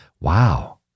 Wow